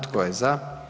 Tko je za?